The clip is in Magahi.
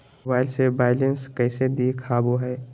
मोबाइल से बायलेंस कैसे देखाबो है?